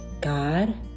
God